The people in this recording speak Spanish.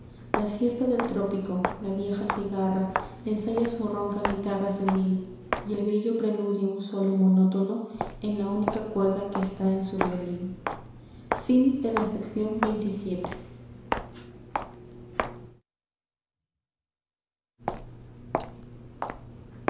la siesta del trópico la vieja cigarra ensaya su ronca guitarra senil y el grillo preludia un solo monótono en la única cuerda que está en su violín la